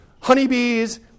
Honeybees